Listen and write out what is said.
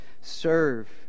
serve